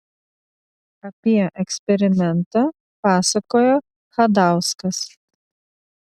apie eksperimentą pasakojo chadauskas